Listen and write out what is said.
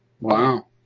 Wow